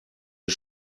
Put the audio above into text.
ist